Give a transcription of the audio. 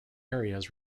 areas